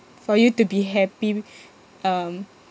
for you to be happy um